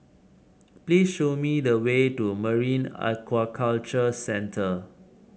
please show me the way to Marine Aquaculture Centre